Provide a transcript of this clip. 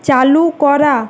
চালু করা